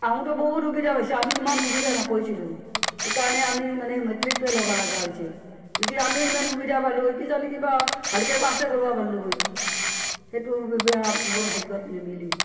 আহুঁতো বহুত সুবিধা পাইছে আমি ইমান সুবিধা নাপাইছিলোঁ সেই কাৰণে আমি মানে মেট্ৰিক ফেইল হ'ব লগা হৈছে যদি আমি ইমান সুবিধা পালো হয় কিজানি কিবা ভালকে পাছে কৰিব পাৰলো হয় সেইটো সুবিধা মোৰ ভাগ্যত নিমিলিল